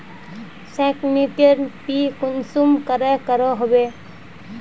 Scanning पे कुंसम करे करो होबे?